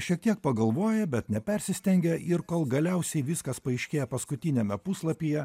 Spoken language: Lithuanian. šiek tiek pagalvoja bet nepersistengia ir kol galiausiai viskas paaiškėja paskutiniame puslapyje